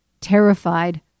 terrified